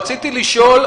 רציתי לשאול,